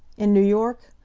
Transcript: in new york?